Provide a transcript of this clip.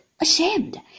ashamed